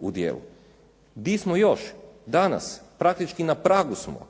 u dijelu. Di smo još danas? Praktički na pragu smo.